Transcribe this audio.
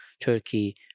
Turkey